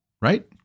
right